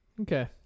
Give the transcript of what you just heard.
Okay